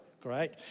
Great